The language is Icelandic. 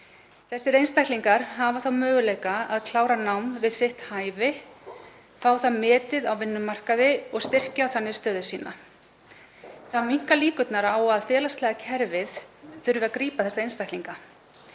Þessir einstaklingar hafa þá möguleika á að klára nám við sitt hæfi, fá það metið á vinnumarkaði og styrkja þannig stöðu sína. Það minnkar líkur á að félagslega kerfið þurfi að grípa þessa einstaklinga.